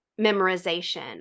memorization